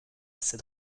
assez